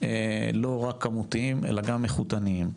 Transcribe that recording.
לא רק כמותיים, אלא גם איכותניים.